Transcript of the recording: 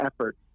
effort